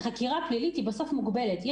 החקירה הפלילית היא מוגבלת,